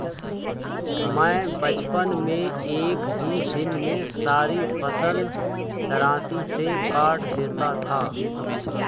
मैं बचपन में एक ही दिन में सारी फसल दरांती से काट देता था